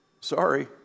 Sorry